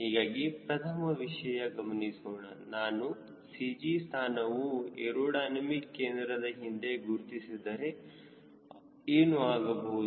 ಹೀಗಾಗಿ ಪ್ರಥಮ ವಿಷಯ ಗಮನಿಸೋಣ ನಾನು CG ಸ್ಥಾನವನ್ನು ಏರೋಡೈನಮಿಕ್ ಕೇಂದ್ರದ ಹಿಂದೆ ಗುರುತಿಸಿದರೆ ಏನು ಆಗಬಹುದು